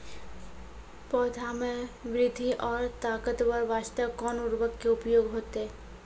पौधा मे बृद्धि और ताकतवर बास्ते कोन उर्वरक के उपयोग होतै?